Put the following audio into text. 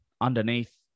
underneath